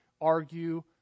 argue